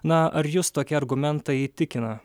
na ar jus tokie argumentai įtikina